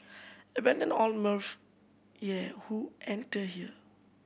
abandon all mirth ye who enter here